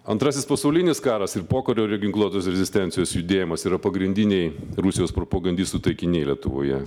antrasis pasaulinis karas ir pokario ginkluotos rezistencijos judėjimas yra pagrindiniai rusijos propagandistų taikiniai lietuvoje